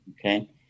okay